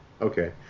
okay